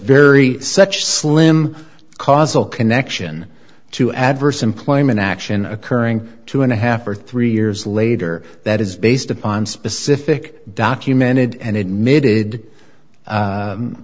very such slim causal connection to adverse employment action occurring two and a half or three years later that is based upon specific documented and admitted